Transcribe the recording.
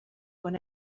con